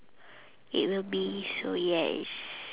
it will be so yes